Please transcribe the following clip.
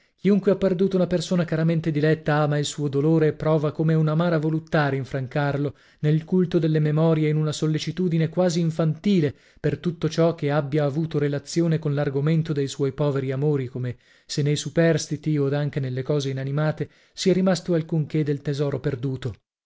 chiunque ha perduto una persona caramente diletta ama il suo dolore e prova come un'amara voluttà a rinfrancarlo nel culto delle memorie in una sollecitudine quasi infantile per tutto ciò che abbia avuto relazione con l'argomento dei suoi poveri amori come se nei superstiti od anche nelle cose inanimate sia rimasto alcun che del tesoro perduto